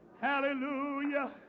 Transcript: hallelujah